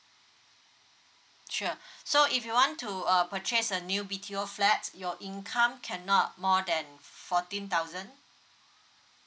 sure so if you want to uh purchase a new B_T_O flat your income cannot more than fourteen thousand